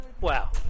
wow